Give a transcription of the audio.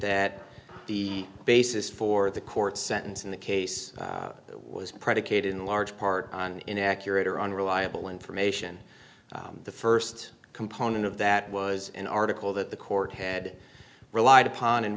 that the basis for the court's sentence in the case was predicated in large part on inaccurate or unreliable information the first component of that was an article that the court had relied upon